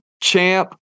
champ